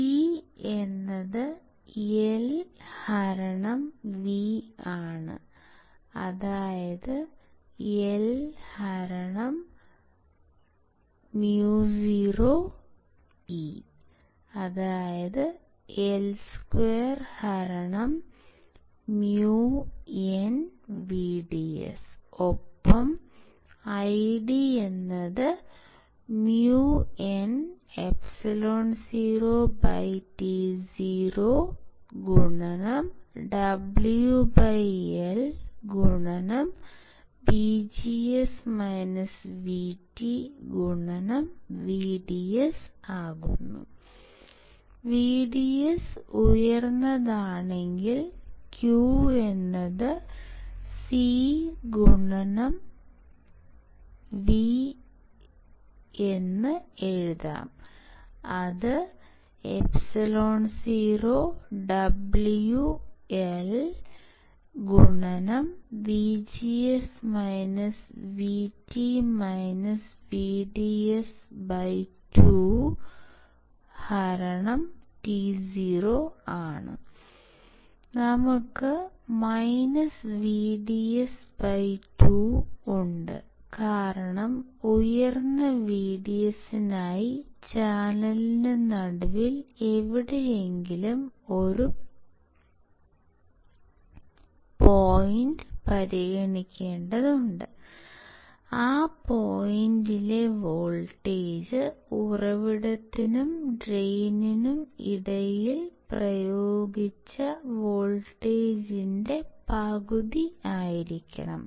t LV LµnE L2µnVDS ഒപ്പം IDµnεotoWLVDS VDS ഉയർന്നതാണെങ്കിൽ Q CV εoWL VGS VT VDS 2 to നമുക്ക് -VDS2 ഉണ്ട് കാരണം ഉയർന്ന VDS നായി ചാനലിനു നടുവിൽ എവിടെയെങ്കിലും ഒരു പോയിന്റ് പരിഗണിക്കേണ്ടതുണ്ട് ആ പോയിൻറ്ലെ വോൾട്ടേജ് ഉറവിടത്തിലും ഡ്രെയിനിലും ഇടയിൽ പ്രയോഗിച്ച് വോൾട്ടേജിൻറെ പകുതി ആയിരിക്കും